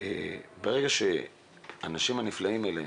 ברגע שהאנשים הנפלאים האלה